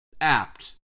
apt